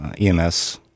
EMS